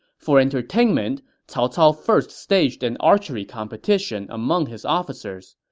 for entertainment, cao cao first staged an archery competition among his officers.